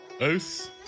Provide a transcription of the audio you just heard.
Oath